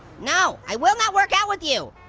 no, i will not work out with you.